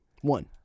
One